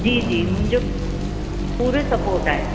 जी जी मुंहिंजो पूरो सपोर्ट आहे